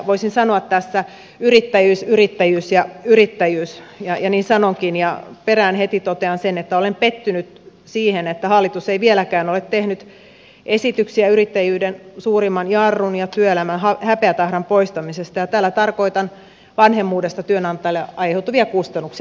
voisin sanoa tässä yrittäjyys yrittäjyys ja yrittäjyys ja niin sanonkin ja perään heti totean sen että olen pettynyt siihen että hallitus ei vieläkään ole tehnyt esityksiä yrittäjyyden suurimman jarrun ja työelämän häpeätahran poistamisesta ja tällä tarkoitan vanhemmuudesta työnantajalle aiheutuvia kustannuksia